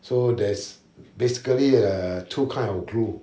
so there's basically uh two kind of glue